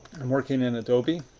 i'm working in adobe.